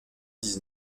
dix